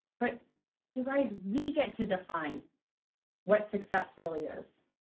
but you guys, we get to define what success really is.